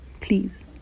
please